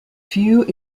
few